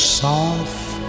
soft